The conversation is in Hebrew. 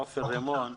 עופר רימון.